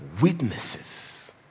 witnesses